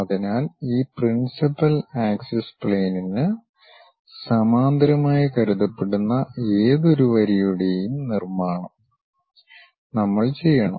അതിനാൽ ഈ principal axis പ്ലെയിനിന് സമാന്തരമായി കരുതപ്പെടുന്ന ഏതൊരു വരിയുടെയും നിർമ്മാണം നമ്മൾ ചെയ്യണം